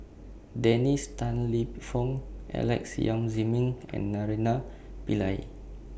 Dennis Tan Lip Fong Alex Yam Ziming and Naraina Pillai